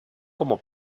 como